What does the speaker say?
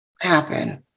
happen